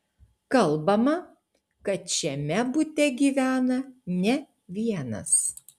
kalbama kad šiame bute gyvena ne vienas